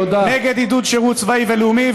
נגד עידוד שירות צבאי ולאומי,